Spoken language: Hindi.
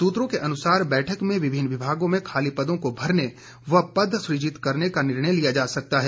सुत्रों के अनुसार बैठक में विभिन्न विभागों में खाली पदों को भरने व पद सुजित करने का निर्णय लिया जा सकता है